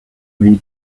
way